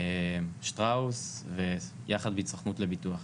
שטראוס, וסוכנות לביטוח.